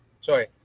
sorry